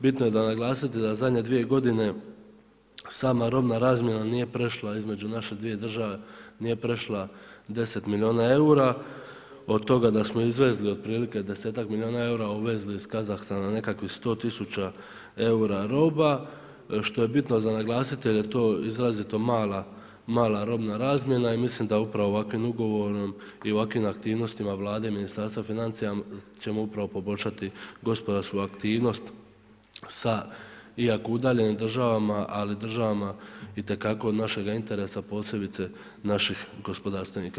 Bitno je za naglasiti da zadnje dvije godine sama robna razmjena nije prešla između naše dvije države, nije prešla 10 milijuna eura, od toga da smo izvezli otprilike desetak milijuna eura, uvezli iz Kazahstana nekakvih sto tisuća eura roba što je bitno za naglasiti jer je to izrazito mala robna razmjena i mislim da upravo ovakvim ugovorom i ovakvim aktivnostima Vlade i Ministarstva financija ćemo upravo poboljšati gospodarsku aktivnost sa iako udaljenim državama, ali državama itekako od našega interesa posebice naših gospodarstvenika.